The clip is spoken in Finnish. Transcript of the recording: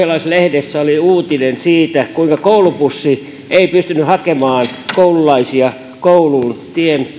lehdessä oli uutinen siitä kuinka koulubussi ei pystynyt hakemaan koululaisia kouluun